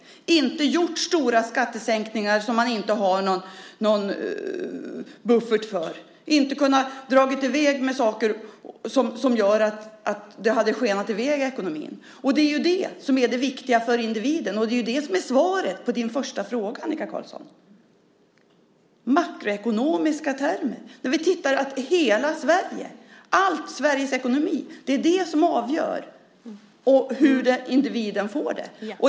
Man har inte gjort stora skattesänkningar som man inte har någon buffert för. Man har inte dragit i väg med saker som hade kunnat få ekonomin att skena i väg. Det är det som är det viktiga för individen. Och det är det som är svaret på din första fråga, Annika Qarlsson - makroekonomiska termer - när vi tittar på hela Sverige och på hela Sveriges ekonomi. Det är det som avgör hur individen får det.